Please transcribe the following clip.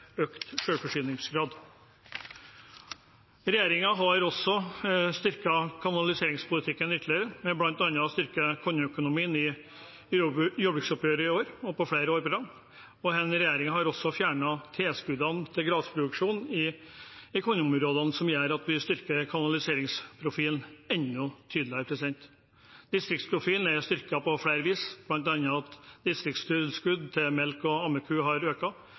økt selvforsyningsgrad. Regjeringen har også styrket kanaliseringspolitikken ytterligere, ved bl.a. å styrke kornøkonomien i jordbruksoppgjøret i år og flere år på rad. Denne regjeringen har også fjernet tilskuddene til grasproduksjon i kornområdene, som gjør at vi styrker kanaliseringsprofilen enda tydeligere. Distriktsprofilen er styrket på flere vis, bl.a. ved at distriktstilskudd til melk og ammeku har